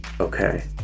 okay